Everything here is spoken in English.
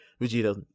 Vegeta